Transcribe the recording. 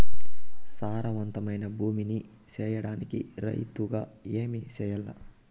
సారవంతమైన భూమి నీ సేయడానికి రైతుగా ఏమి చెయల్ల?